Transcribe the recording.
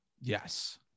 Yes